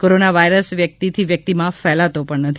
corona virus વ્યક્તિથી વ્યક્તિમાં ફેલાતો નથી